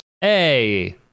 hey